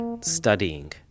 studying